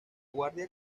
guardia